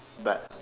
but